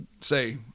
say